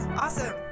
Awesome